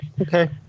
Okay